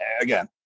again